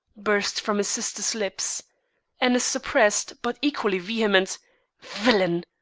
burst from his sister's lips and a suppressed but equally vehement villain!